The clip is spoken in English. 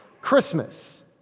Christmas